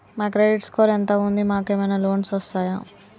మా credit score ఎంత ఉంది? మాకు ఏమైనా లోన్స్ వస్తయా?